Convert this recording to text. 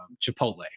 chipotle